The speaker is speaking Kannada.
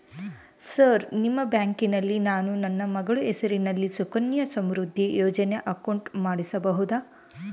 ಸರ್ ನಿಮ್ಮ ಬ್ಯಾಂಕಿನಲ್ಲಿ ನಾನು ನನ್ನ ಮಗಳ ಹೆಸರಲ್ಲಿ ಸುಕನ್ಯಾ ಸಮೃದ್ಧಿ ಯೋಜನೆ ಅಕೌಂಟ್ ಮಾಡಿಸಬಹುದಾ?